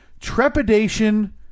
trepidation